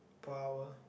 per hour